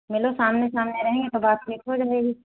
मिलो सामने सामने रहेंगे तो बात रहेगी